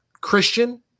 Christian